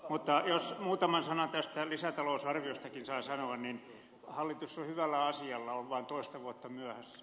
mutta jos muutaman sanan tästä lisätalousarviostakin saa sanoa niin hallitus on hyvällä asialla on vain toista vuotta myöhässä